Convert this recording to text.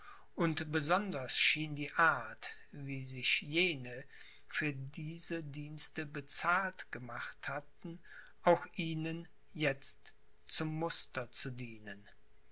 und besonders schien die art wie sich jene für diese dienste bezahlt gemacht hatten auch ihnen jetzt zum muster zu dienen